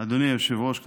אדוני היושב-ראש,